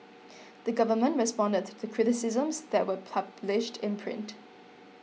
the government responded to the criticisms that were published in print